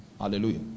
Hallelujah